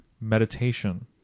meditation